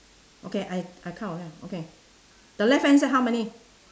okay I I count again okay the left hand side how many